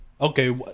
Okay